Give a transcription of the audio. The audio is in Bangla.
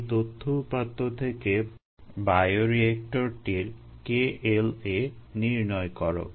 এই তথ্য উপাত্ত থেকে বায়োরিয়েক্টরটির KLa নির্ণয় করো